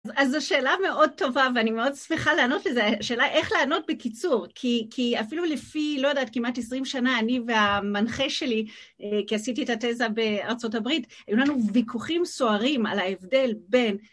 אז זו שאלה מאוד טובה, ואני מאוד שמחה לענות לזה. שאלה איך לענות בקיצור, כי אפילו לפי, לא יודעת, כמעט עשרים שנה, אני והמנחה שלי, כי עשיתי את התזה בארה״ב, היו לנו ויכוחים סוערים על ההבדל בין...